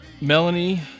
Melanie